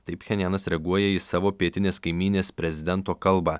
taip pchenjanas reaguoja į savo pietinės kaimynės prezidento kalbą